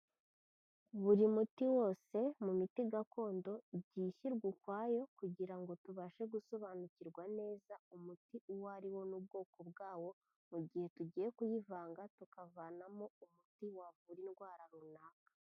Buri muti wose mu miti gakondo igiye ishyurwa ukwayo kugira ngo tubashe gusobanukirwa neza umuti uwo ariwo n'ubwoko bwawo, mu gihe tugiye kuyivanga tukavanamo umuti wavura indwara runaka.